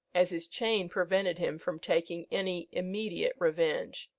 as his chain prevented him from taking any immediate revenge.